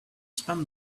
spend